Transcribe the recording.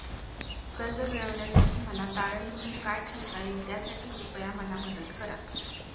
कर्ज मिळविण्यासाठी मला तारण म्हणून काय ठेवता येईल त्यासाठी कृपया मला मदत करा